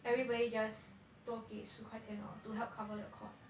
everybody just 多给十块钱 lor to help cover the costs ah